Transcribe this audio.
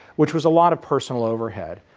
which was a lot of personal overhead.